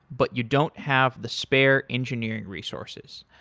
but you don't have the spare engineering resources.